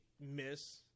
miss